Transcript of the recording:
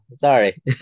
Sorry